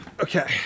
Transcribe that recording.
Okay